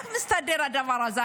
איך מסתדר הדבר הזה?